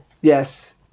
Yes